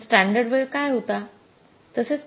तर स्टॅंडर्ड वेळ काय होता